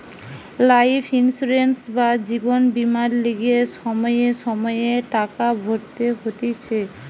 life insurance বা জীবন বীমার লিগে সময়ে সময়ে টাকা ভরতে হতিছে